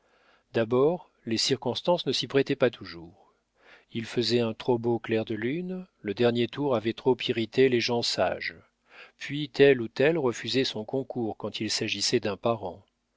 d'abord les circonstances ne s'y prêtaient pas toujours il faisait un trop beau clair de lune le dernier tour avait trop irrité les gens sages puis tel ou tel refusait son concours quand il s'agissait d'un parent